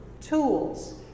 tools